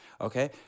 okay